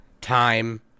time